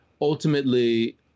ultimately